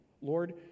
Lord